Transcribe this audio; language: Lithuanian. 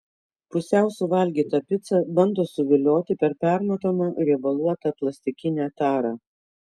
pusiau suvalgyta pica bando suvilioti per permatomą riebaluotą plastikinę tarą